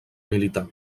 militar